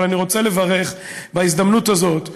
אבל אני רוצה לברך בהזדמנות הזאת.